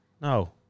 No